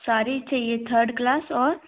सारी चाहिए third class और